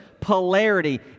polarity